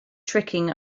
tricking